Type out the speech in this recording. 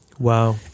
Wow